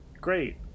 Great